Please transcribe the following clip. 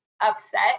upset